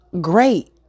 Great